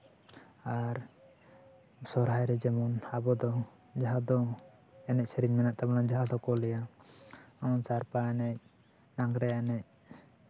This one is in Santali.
ᱟᱨ ᱥᱚᱦᱨᱟᱭ ᱨᱮ ᱡᱮᱢᱚᱱ ᱟᱵᱚ ᱫᱚ ᱡᱟᱦᱟᱸ ᱫᱚ ᱮᱱᱮᱡ ᱥᱮᱨᱮᱧ ᱢᱮᱱᱟᱜ ᱛᱟᱵᱚᱱᱟ ᱡᱟᱦᱟᱸ ᱫᱚ ᱠᱚ ᱞᱟᱹᱭᱟ ᱥᱟᱲᱯᱟ ᱮᱱᱮᱡ ᱞᱟᱜᱽᱲᱮ ᱮᱱᱮᱡ